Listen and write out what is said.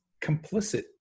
complicit